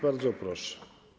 Bardzo proszę.